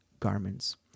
garments